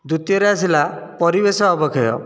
ଦ୍ଵିତୀୟରେ ଆସିଲା ପରିବେଶ ଅବକ୍ଷୟ